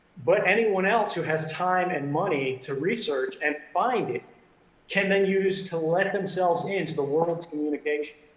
but anyone else who has time and money to research and find it can then use to let themselves in to the world's communications.